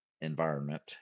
environment